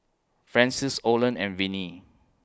Francis Olen and Vinnie